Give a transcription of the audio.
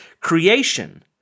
Creation